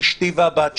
אשתי והבת שלי,